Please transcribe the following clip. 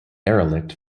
derelict